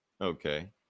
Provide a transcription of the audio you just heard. okay